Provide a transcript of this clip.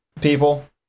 people